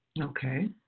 Okay